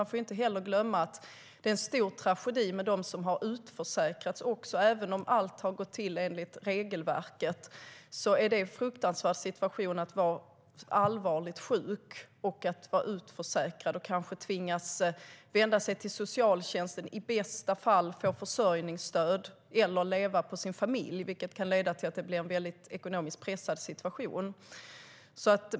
Vi får inte heller glömma att det är en stor tragedi för dem som blivit utförsäkrade. Även om allt gått till enligt regelverket är det en fruktansvärd situation att vara allvarligt sjuk och utförsäkrad, kanske tvingas vända sig till socialtjänsten och i bästa fall få försörjningsstöd alternativt leva på sin familj. Det kan leda till en ekonomiskt hårt pressad situation.